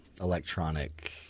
electronic